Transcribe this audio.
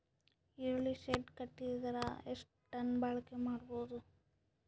ಈರುಳ್ಳಿ ಶೆಡ್ ಕಟ್ಟಿದರ ಎಷ್ಟು ಟನ್ ಬಾಳಿಕೆ ಮಾಡಬಹುದು?